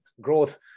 growth